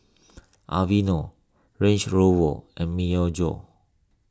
Aveeno Range Rover and Myojo